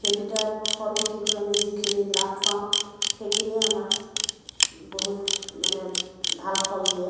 সেই দুটা ফল বিক্ৰী কৰি আমি যিখিনি লাভ পাওঁ সেইখিনিয়ে আমাৰ বহুত মানে ভাল ফল দিয়ে